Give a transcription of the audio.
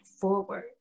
forward